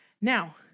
Now